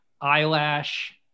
eyelash